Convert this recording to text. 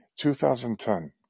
2010